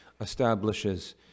establishes